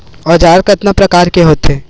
औजार कतना प्रकार के होथे?